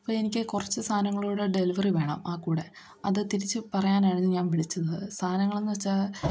ഇപ്പോൾ എനിക്ക് കുറച്ചു സാധനങ്ങൾ കൂടി ഡെലിവറി വേണം ആ കൂടി അതു തിരിച്ചു പറയാനാണ് ഞാൻ വിളിച്ചത് സാധനങ്ങളെന്നുവെച്ചാൽ